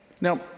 Now